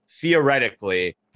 theoretically